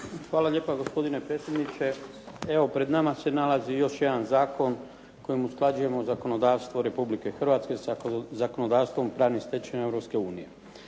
Hvala lijepo gospodine predsjedniče, evo pred nama se nalazi još jedan zakon kojim usklađujemo zakonodavstvo Republike Hrvatske sa zakonodavstvom pravnih stečevina